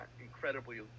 incredibly